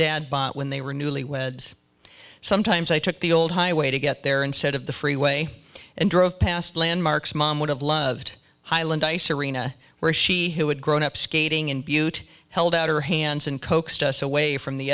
dad bought when they were newlyweds sometimes i took the old highway to get there instead of the freeway and drove past landmarks mom would have loved highland ice arena where she who had grown up skating in butte held out her hands and coaxed us away from the